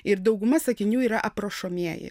ir dauguma sakinių yra aprašomieji